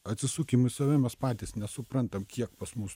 atsisukim į save mes patys nesuprantam kiek pas mus